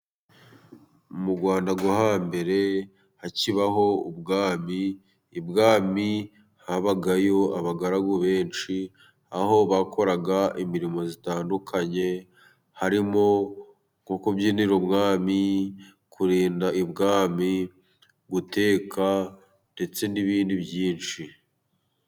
Mu Rwanda rwo ha mbere hakibaho ubwami, ibwami habagayo abagaragu benshi aho bakoraga imirimo itandukanye harimo nko kubyinira umwami ,kurinda ibwami, guteka ndetse n'ibindi byinshi.